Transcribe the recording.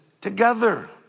together